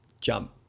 jump